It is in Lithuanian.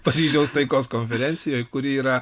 paryžiaus taikos konferencijoj kuri yra